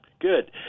Good